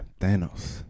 Thanos